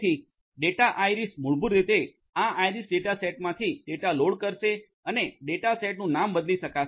તેથી data iris મૂળભૂત રીતે આ આઇરિસ ડેટાસેટમાંથી ડેટા લોડ કરશે અને ડેટા સેટ નું નામ બદલી શકાશે